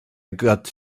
got